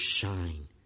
shine